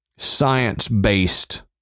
science-based